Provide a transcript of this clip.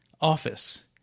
office